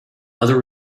other